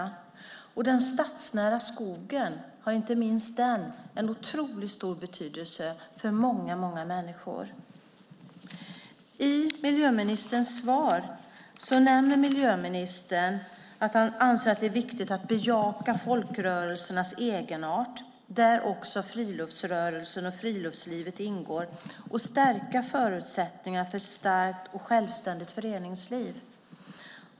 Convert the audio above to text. Inte minst den stadsnära skogen har en otroligt stor betydelse för många människor. I miljöministerns svar nämner han att han anser att det är viktigt att bejaka folkrörelsernas egenart där också friluftsrörelsen och friluftslivet ingår och att stärka förutsättningarna för ett starkt och självständigt föreningsliv.